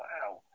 Wow